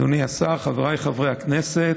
אדוני השר, חבריי חברי הכנסת,